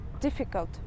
difficult